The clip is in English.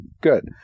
Good